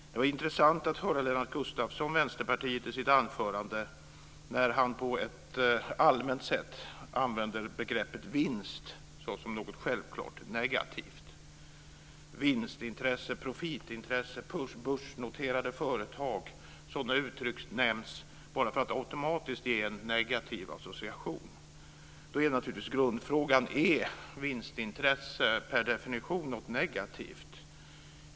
Det var intressant att höra Lennart Gustavsson, Vänsterpartiet, i sitt anförande när han på ett allmänt sätt använder begreppet vinst som något självklart negativt. Vinstintresse, profitintresse, börsnoterade företag - sådana uttryck nämns för att automatiskt ge en negativ association. Då är naturligtvis grundfrågorna: Är vinstintresse per definition något negativt?